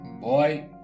Boy